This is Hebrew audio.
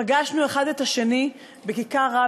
פגשנו אחד את השני בכיכר-רבין,